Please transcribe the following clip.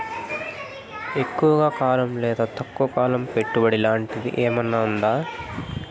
ఎక్కువగా కాలం లేదా తక్కువ కాలం పెట్టుబడి లాంటిది ఏమన్నా ఉందా